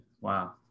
wow